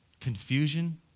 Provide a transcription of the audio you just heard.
confusion